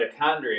mitochondria